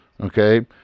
Okay